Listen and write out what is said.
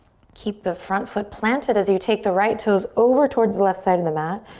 keep the front foot planted as you take the right toes over towards the left side of the mat.